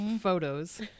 photos